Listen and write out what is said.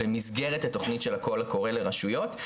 של הקול קורא לרשויות.